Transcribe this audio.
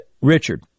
Richard